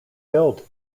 billed